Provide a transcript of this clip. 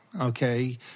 Okay